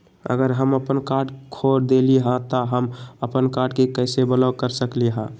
अगर हम अपन कार्ड खो देली ह त हम अपन कार्ड के कैसे ब्लॉक कर सकली ह?